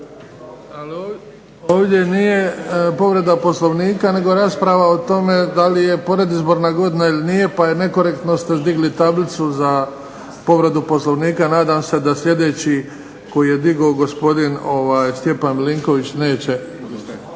Ovdje nije povreda Poslovnika nego rasprava o tome da li je predizborna godina ili nije pa nekorektno ste digli tablicu za povredu Poslovnika. Nadam se da sljedeći koji je digao, gospodin Stjepan Milinković, neće…